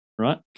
Right